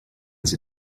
sie